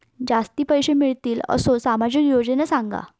जास्ती पैशे मिळतील असो सामाजिक योजना सांगा?